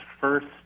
first